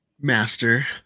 master